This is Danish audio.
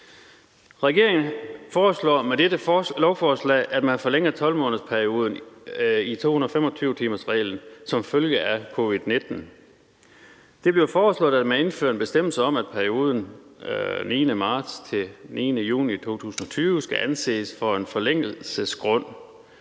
Regeringen foreslår med dette lovforslag, at man forlænger 12-månedersperioden i 225-timersreglen som følge af covid-19. Det bliver foreslået, at man indfører en bestemmelse om, at perioden fra den 9. marts til den 9. juni 2020 skal anses for en forlængelse